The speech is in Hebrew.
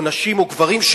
נשים או גברים,